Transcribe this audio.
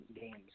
games